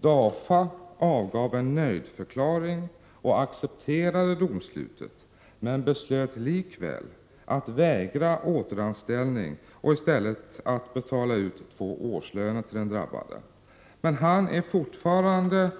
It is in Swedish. DAFA avgav en nöjdförklaring och accepterade domslutet men beslöt likväl att vägra mannen återanställning och att i stället betala ut två årslöner till den drabbade. Han är fortfarande